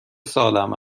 سالم